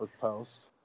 post